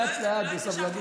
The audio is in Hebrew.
לאט-לאט, בסבלנות.